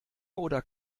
oder